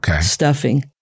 stuffing